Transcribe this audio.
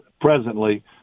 presently